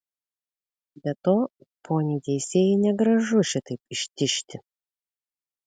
be to poniai teisėjai negražu šitaip ištižti